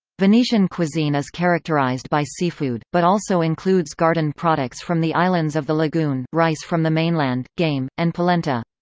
venetian cuisine is characterized by seafood, but also includes garden products from the islands of the lagoon, rice from the mainland, game, and polenta.